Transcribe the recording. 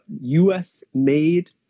US-made